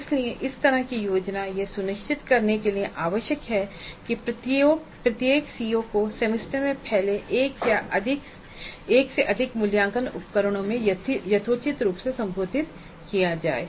इसलिए इस तरह की योजना यह सुनिश्चित करने के लिए आवश्यक है कि प्रत्येक सीओ को सेमेस्टर में फैले एक या एक से अधिक मूल्यांकन उपकरणों में यथोचित रूप से संबोधित किया जाए